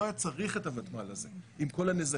לא היה צריך את הוותמ"ל הזה עם כל הנזקים.